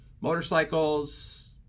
motorcycles